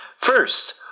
First